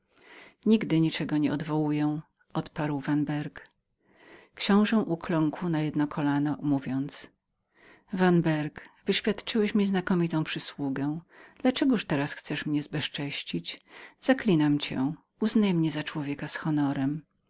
nic nie odwołuję odparł vanberg książe ukląkł na jedno kolano mówiąc vanberg wyświadczyłeś mi znakomitą przysługę dla czegoż teraz chcesz mnie zbezcześcić zaklinam cię uznaj mnie za godziwego człowieka